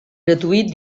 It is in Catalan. gratuït